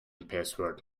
password